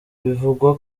bivugwa